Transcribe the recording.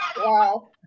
Wow